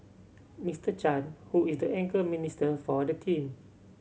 Mister Chan who is the anchor minister for the team